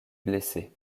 blessés